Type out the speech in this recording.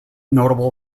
notable